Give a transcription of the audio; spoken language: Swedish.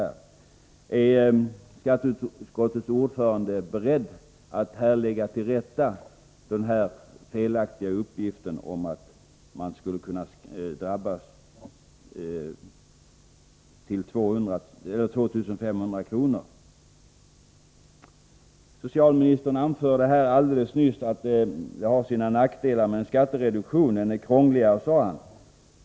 Är skatteutskottets ordförande beredd att här tillrättalägga denna felakti ga uppgift om de 2 500 kronorna. Socialministern anförde alldeles nyss att en skattereduktion har sina nackdelar. Den är krånglig, sade han.